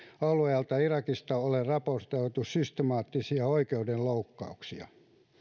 alueelta irakista ole raportoitu systemaattisia oikeudenloukkauksia